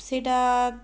ସେଇଟା